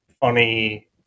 funny